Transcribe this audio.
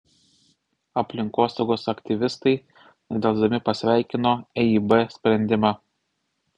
aplinkosaugos aktyvistai nedelsdami pasveikino eib sprendimą